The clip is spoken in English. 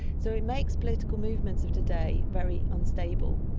so it makes political movements of today very unstable.